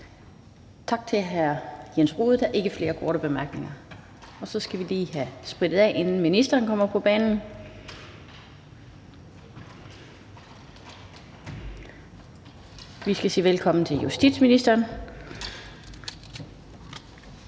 Tak til hr. Jens Rohde. Der er ikke flere korte bemærkninger. Så skal vi lige have sprittet af, inden ministeren kommer på banen. Vi skal sige velkommen til justitsministeren.